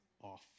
off